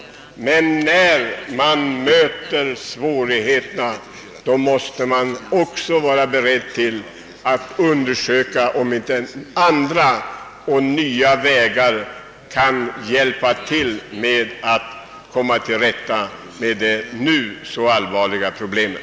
När man möter svårigheterna måste man också vara beredd att undersöka, om man inte genom att slå in på andra och nya vägar kan komma till rätta med de nu så allvarliga problemen.